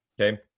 Okay